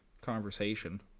conversation